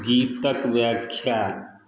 गीतक व्याख्या